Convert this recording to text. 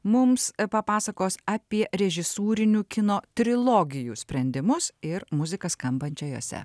mums papasakos apie režisūrinių kino trilogijų sprendimus ir muziką skambančią jose